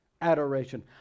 Adoration